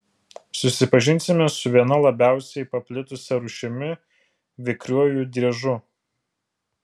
susipažinsime su viena labiausiai paplitusia rūšimi vikriuoju driežu